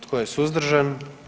Tko je suzdržan?